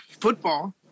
football